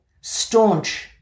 staunch